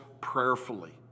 prayerfully